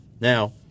Now